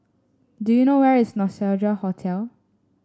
do you know where is Nostalgia Hotel